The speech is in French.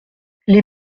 les